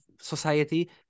society